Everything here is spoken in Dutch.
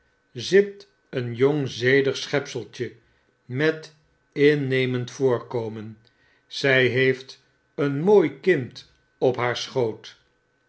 zit een jong zedig schepseltje met innemend voorkomen zy heeft een mooi kind op haar schoot